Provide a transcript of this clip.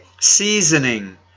seasoning